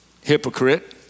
Hypocrite